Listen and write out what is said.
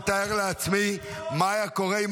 אל תדאגי, כמו